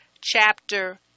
chapter